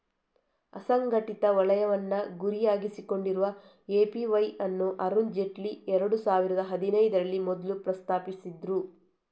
ಅಸಂಘಟಿತ ವಲಯವನ್ನ ಗುರಿಯಾಗಿಸಿಕೊಂಡಿರುವ ಎ.ಪಿ.ವೈ ಅನ್ನು ಅರುಣ್ ಜೇಟ್ಲಿ ಎರಡು ಸಾವಿರದ ಹದಿನೈದರಲ್ಲಿ ಮೊದ್ಲು ಪ್ರಸ್ತಾಪಿಸಿದ್ರು